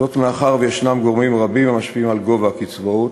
זאת מאחר שיש גורמים רבים המשפיעים על גובה הקצבאות,